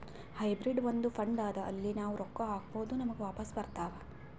hybrid ಒಂದ್ fund ಅದಾ ಅಲ್ಲಿ ನಾವ್ ರೊಕ್ಕಾ ಹಾಕ್ಬೋದ್ ನಮುಗ ವಾಪಸ್ ಬರ್ತಾವ್